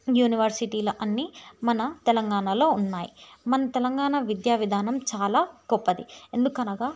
యూనివర్సిటీలు అన్నీ మన తెలంగాణాలో ఉన్నాయి మన తెలంగాణా విద్యా విధానం చాలా గొప్పది ఎందుకనగా